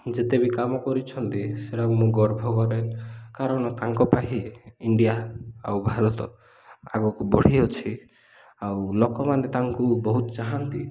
ଯେତେ ବି କାମ କରିଛନ୍ତି ସେଇଟାକୁ ମୁଁ ଗର୍ବ କରେ କାରଣ ତାଙ୍କ ପାଇଁ ଇଣ୍ଡିଆ ଆଉ ଭାରତ ଆଗକୁ ବଢ଼ିଅଛି ଆଉ ଲୋକମାନେ ତାଙ୍କୁ ବହୁତ ଚାହାଁନ୍ତି